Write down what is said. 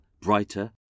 brighter